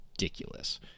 ridiculous